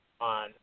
on